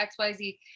xyz